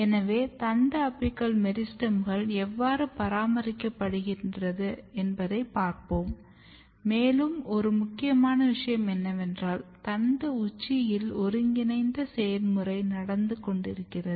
எனவே தண்டு அபிக்கல் மெரிஸ்டெம்கள் எவ்வாறு பராமரிக்கப்படுகின்றன என்பதை பார்ப்போம் மேலும் ஒரு முக்கியமான விஷயம் என்னவென்றால் தண்டு உச்சியில் ஒருங்கிணைந்த செயல்முறை நடந்து கொண்டிருக்கிறது